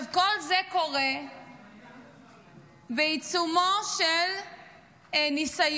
כל זה קורה בעיצומו של ניסיון